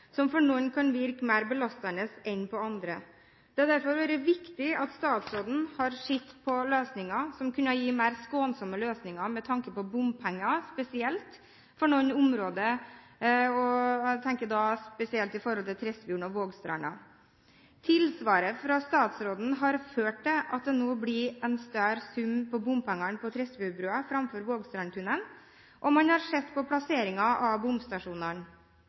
har derfor vært viktig at statsråden har sett på mer skånsomme løsninger med tanke på bompenger, spesielt for noen områder – jeg tenker da spesielt på Tresfjorden og Vågstranda. Tilsvaret fra statsråden har ført til at det nå blir en større sum bompenger på Tresfjordbrua framfor Vågstrandstunnelen, og man har sett på plasseringen av bomstasjonene.